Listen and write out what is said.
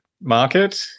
market